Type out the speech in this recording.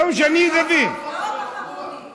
לא בחרו בי.